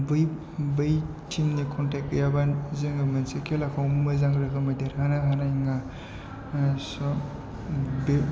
बै बै टिमनि कन्टेक्ट गैयाब्ला जोंङो मोनसे खेलाखौ मोजां रोखोमै देरहानो हानाय नङा स' बे